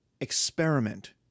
experiment